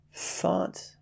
thought